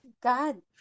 God